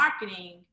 marketing